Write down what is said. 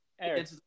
Eric